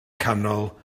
canol